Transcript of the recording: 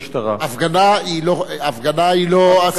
הפגנה היא לא אסורה,